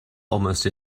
almost